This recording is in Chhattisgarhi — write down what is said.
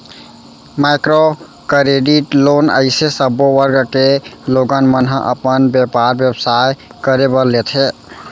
माइक्रो करेडिट लोन अइसे सब्बो वर्ग के लोगन मन ह अपन बेपार बेवसाय करे बर लेथे